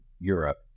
Europe